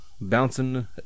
Bouncing